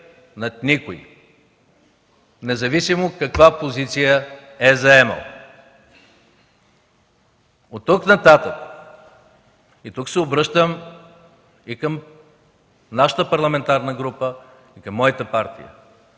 над никой, независимо каква позиция е заемал. От тук нататък – тук се обръщам и към нашата парламентарна група, и към моята партия